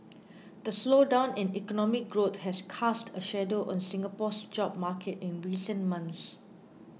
the slowdown in economic growth has cast a shadow on Singapore's job market in recent months